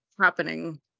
happening